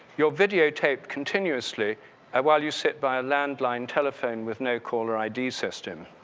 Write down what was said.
you're videotaped continuously and while you sit by a landline telephone with no caller id system.